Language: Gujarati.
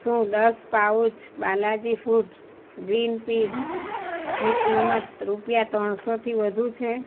શું દસ પાઉચ બાલાજી ફૂડ્સ ગ્રીન પીસની કિંમત રૂપિયા ત્રણસોથી વધુ છે